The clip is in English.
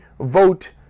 vote